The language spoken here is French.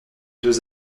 deux